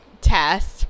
Test